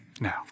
now